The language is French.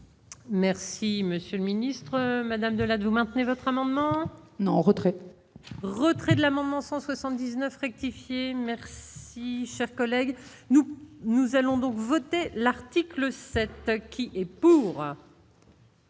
monsieur le ministre Madame Delatte, vous maintenez votre amendement. Non, retraite. Retrait de l'amendement 179 rectifiée merci, cher collègue, nous, nous allons donc voté l'article 7 qui est pour.